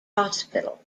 hospital